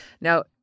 Now